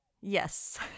Yes